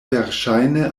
verŝajne